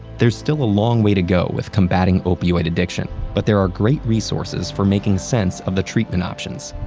there's still a long way to go with combating opioid addiction, but there are great resources for making sense of the treatment options.